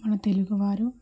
మన తెలుగువారు